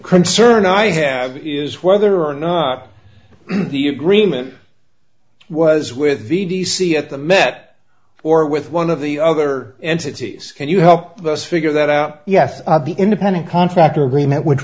concern i have is whether or not the agreement was with the d c at the met or with one of the other entities can you help us figure that out yes the independent contractor agreement which